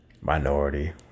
minority